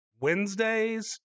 Wednesdays